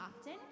often